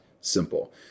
simple